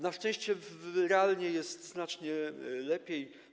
Na szczęście realnie jest znacznie lepiej.